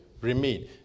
Remain